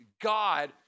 God